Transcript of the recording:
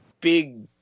big